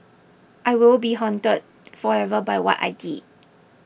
I will be haunted forever by what I did